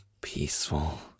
peaceful